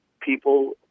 people